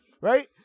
Right